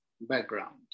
background